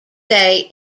day